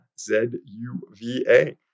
Z-U-V-A